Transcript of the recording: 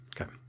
Okay